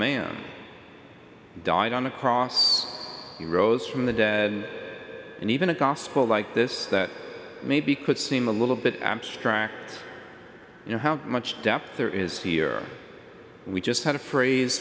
man died on the cross he rose from the dead and and even a gospel like this that maybe could seem a little bit abstract you know how much depth there is here we just had a phrase